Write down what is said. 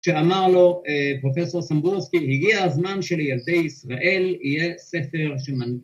שאמר לו פרופסור סמבורסקי, הגיע הזמן שלילדי ישראל יהיה ספר שמנ